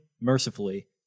mercifully